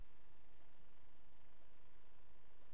בזמנך